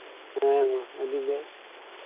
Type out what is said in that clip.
ᱦᱮᱸ ᱢᱟ ᱟᱹᱰᱤ ᱵᱮᱥ